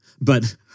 But-